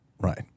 right